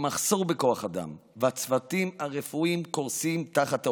עם מחסור בכוח אדם וצוותים רפואיים שקורסים תחת העומס,